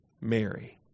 Mary